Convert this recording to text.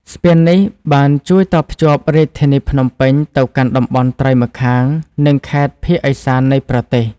ស្ពាននេះបានជួយតភ្ជាប់រាជធានីភ្នំពេញទៅកាន់តំបន់ត្រើយម្ខាង និងខេត្តភាគឦសាននៃប្រទេស។